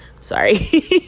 Sorry